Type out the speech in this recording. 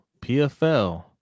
pfl